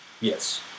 Yes